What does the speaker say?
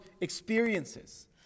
experiences